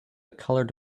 colored